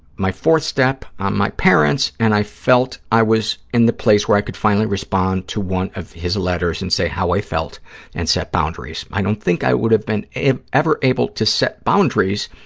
my fourth step on my parents and i felt i was in the place where i could finally respond to one of his letters and say how i felt and set boundaries. i don't think i would have been ever able to set boundaries